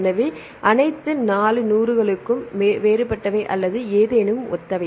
எனவே அனைத்து 4 நூறு கூறுகளும் வேறுபட்டவை அல்லது ஏதேனும் ஒத்தவை